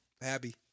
happy